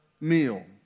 meal